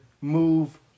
move